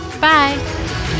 Bye